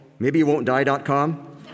maybeyouwon'tdie.com